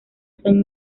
son